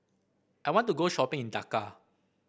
I want to go shopping in Dhaka